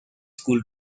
school